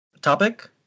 topic